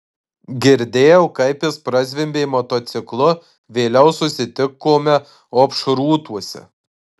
girdėjau kaip jis prazvimbė motociklu vėliau susitikome opšrūtuose